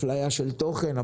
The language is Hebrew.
אפליה של תוכן,